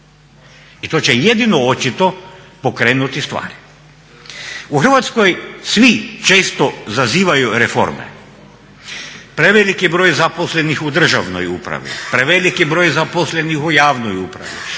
I to će jedino očito pokrenuti stvari. U Hrvatskoj svi često zazivaju reforme, prevelik je broj zaposlenih u državnoj upravi, prevelik je broj zaposlenih u javnoj upravi.